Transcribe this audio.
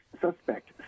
suspect